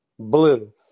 Blue